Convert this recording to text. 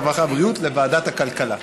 הרווחה והבריאות לוועדת הכלכלה.